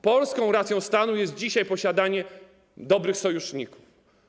Polską racją stanu jest dzisiaj posiadanie dobrych sojuszników.